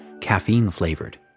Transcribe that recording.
caffeine-flavored